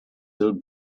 will